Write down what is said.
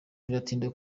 biratinda